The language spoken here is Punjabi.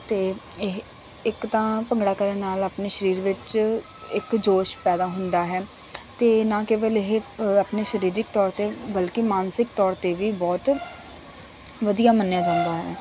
ਅਤੇ ਇਹ ਇੱਕ ਤਾਂ ਭੰਗੜਾ ਕਰਨ ਨਾਲ ਆਪਣੇ ਸ਼ਰੀਰ ਵਿੱਚ ਇੱਕ ਜੋਸ਼ ਪੈਦਾ ਹੁੰਦਾ ਹੈ ਅਤੇ ਨਾ ਕੇਵਲ ਇਹ ਆਪਣੇ ਸ਼ਰੀਰਿਕ ਤੌਰ 'ਤੇ ਬਲਕਿ ਮਾਨਸਿਕ ਤੌਰ 'ਤੇ ਵੀ ਬਹੁਤ ਵਧੀਆ ਮੰਨਿਆ ਜਾਂਦਾ ਹੈ